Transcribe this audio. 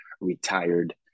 retired